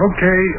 Okay